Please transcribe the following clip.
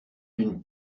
d’une